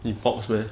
you folks meh